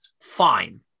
Fine